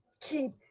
keep